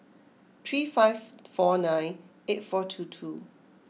three five four nine eight four two two